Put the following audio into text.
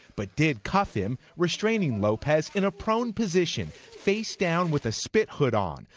but did cuff him, restraining lopez in a prone position, face-down with a spit hood on,